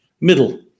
Middle